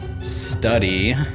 study